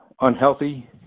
unhealthy